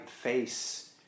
face